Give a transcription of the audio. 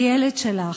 בילד שלך,